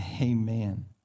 Amen